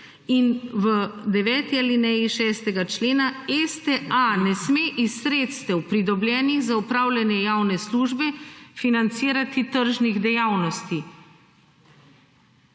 deveti alineji 6. člena STA ne sme iz sredstev pridobljenih za upravljanje javne službe financirati tržnih dejavnosti.